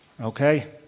okay